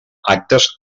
actes